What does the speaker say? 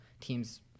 teams